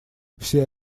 все